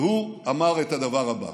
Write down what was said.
והוא אמר את הדבר הבא: